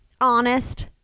honest